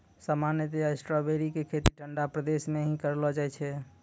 सामान्यतया स्ट्राबेरी के खेती ठंडा प्रदेश मॅ ही करलो जाय छै